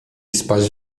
spaść